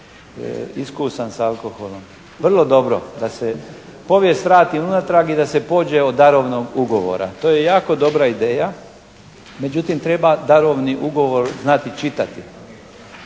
iskusan sa alkoholom. Vrlo dobro da se povijest vrati unatrag i da se pođe od darovnog ugovora. To je jako dobra ideja, međutim treba znati darovni ugovor znači čitati.